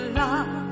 love